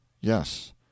Yes